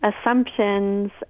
assumptions